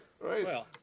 right